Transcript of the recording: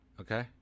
okay